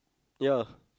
ya